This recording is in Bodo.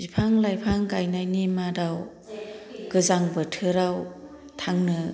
बिफां लाइफां गायनायनि मादाव गोजां बोथोराव थांनो